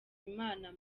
imana